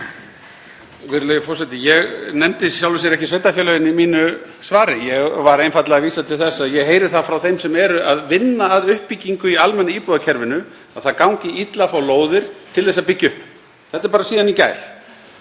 Þetta er bara síðan í gær.